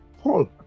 Paul